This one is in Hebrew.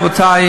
רבותי,